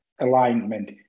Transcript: alignment